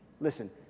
Listen